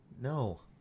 No